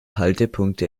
haltepunkte